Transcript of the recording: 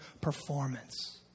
performance